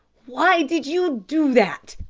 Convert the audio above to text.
why did you do that?